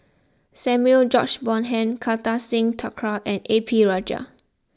Samuel George Bonham Kartar Singh Thakral and A P Rajah